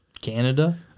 canada